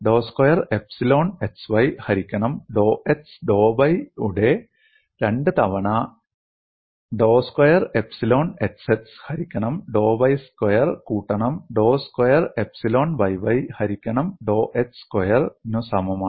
ഡോ square epsilon xy ഹരിക്കണം ഡോ x ഡോ y യുടെ 2 തവണ ഡോ സ്ക്വയർ എപ്സിലോൺ xx ഹരിക്കണം ഡോ y സ്ക്വയർ കൂട്ടണം ഡോ സ്ക്വയർ എപ്സിലോൺ yy ഹരിക്കണം ഡോ x സ്ക്വയർ നു സമമാണ്